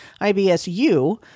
IBSU